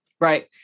Right